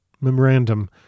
Memorandum